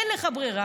אין לך ברירה.